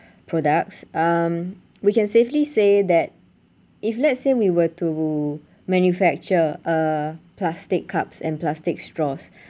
products um we can safely say that if let's say we were to manufacture uh plastic cups and plastic straws